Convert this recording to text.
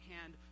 hand